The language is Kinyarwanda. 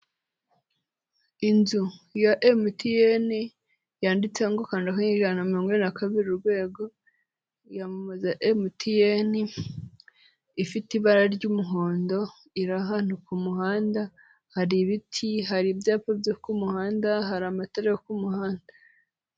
Inzu ya Emutiyeni, yanditseho ngo kanda akanyenyeri ijana na mirongo inani na kabiri urwego. Yamamariza Emutiyeni. Ifite ibara ry'umuhondo, iri ahantu ku muhanda, hari ibiti, hari ibyapa byo ku muhanda, hari amatara yo ku muhanda.